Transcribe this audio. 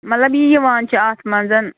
مطلب یہِ یِوان چھِ اَتھ منٛز